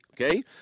okay